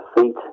feet